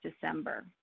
December